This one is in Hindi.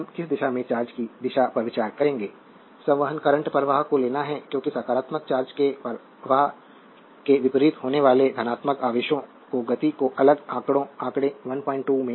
अब हम किस दिशा में चार्ज की दिशा पर विचार करेंगे संवहन करंट प्रवाह को लेना है क्योंकि सकारात्मक चार्ज के प्रवाह के विपरीत होने वाले धनात्मक आवेशों की गति को अगले आंकड़े 12 में दिखाया गया है